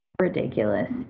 ridiculous